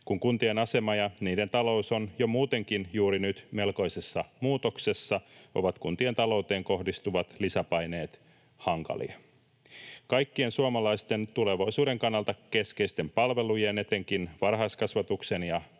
Kun kuntien asema ja niiden talous on jo muutenkin juuri nyt melkoisessa muutoksessa, ovat kuntien talouteen kohdistuvat lisäpaineet hankalia. Kaikkien suomalaisten tulevaisuuden kannalta keskeisten palvelujen, etenkin varhaiskasvatuksen ja perusopetuksen,